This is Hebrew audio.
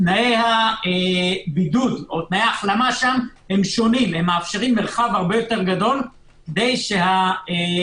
תנאי ההחלמה שם שונים מאפשרים מרחב הרבה יותר גדול כדי שבני